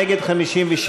מיקי רוזנטל,